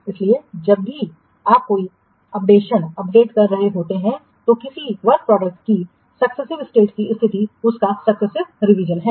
इसलिए जब भी आप कोई अपडेशन अपडेट कर रहे होते हैं तो किसी कार्य उत्पाद की सक्सेसिव स्टेट की स्थिति उसका सक्सेसिव रिवीजन है